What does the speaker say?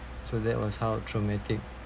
so that was how traumatic